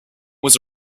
was